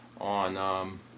on